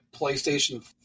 playstation